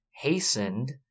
hastened